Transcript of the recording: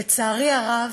לצערי הרב,